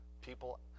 people